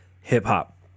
hip-hop